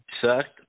sucked